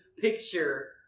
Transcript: picture